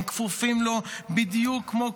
הם כפופים לו בדיוק כמו כולנו.